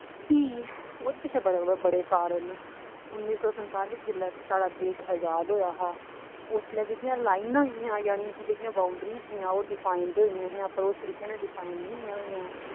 फ्ही ओह्दे शा बड्डे बड्डे कारण न उन्नी सौ संताली च जिसलै साढ़ा देश अजाद होएआ हा उसलै जेह्कियां लाइनां हियां जानी के जेह्कियां बॉउंडरियां हियां ओह् डिफाइंड ते होइयां हियां पर उस तरीके कन्नै डिफाइंड नेईं हियां होइयां